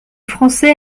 français